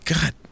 God